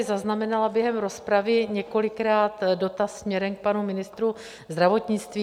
Zaznamenala jsem tady během rozpravy několikrát dotaz směrem k panu ministru zdravotnictví.